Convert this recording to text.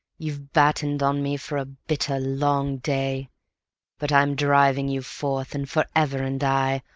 you've battened on me for a bitter-long day but i'm driving you forth, and forever and aye,